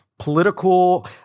Political